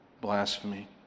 Blasphemy